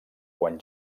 quan